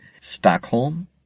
Stockholm